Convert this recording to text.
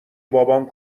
بابام